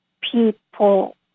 people